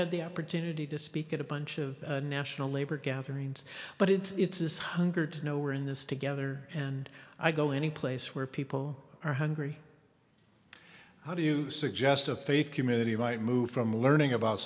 had the opportunity to speak at a bunch of national labor gatherings but it's this hunger to nowhere in this together and i go any place where people are hungry how do you suggest a faith community might move from learning about